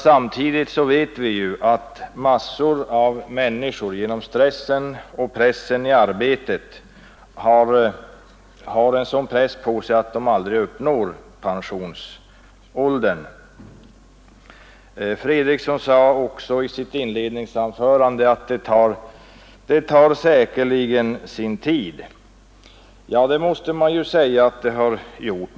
Samtidigt vet vi ju att massor av människor till följd av stressen och pressen i arbetet aldrig uppnår pensionsåldern. Herr Fredriksson sade i sitt inledningsanförande att det säkerligen tar sin tid med en sänkning av pensionsåldern. Ja, det måste man säga att det har gjort.